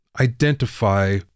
identify